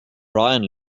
brian